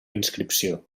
inscripció